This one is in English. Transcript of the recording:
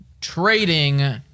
trading